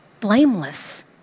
blameless